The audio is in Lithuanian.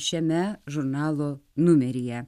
šiame žurnalo numeryje